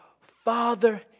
father